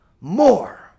more